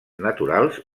naturals